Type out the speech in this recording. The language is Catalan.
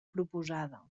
proposada